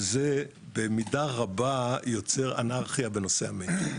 וזה במידה רבה יוצר אנרכיה בנושא המצ'ינג.